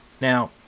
Now